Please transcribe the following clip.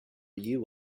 you